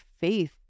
faith